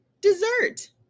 dessert